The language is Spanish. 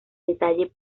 detalle